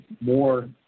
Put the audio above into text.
more